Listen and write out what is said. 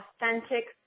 authentic